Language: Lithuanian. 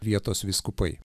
vietos vyskupai